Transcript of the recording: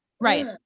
right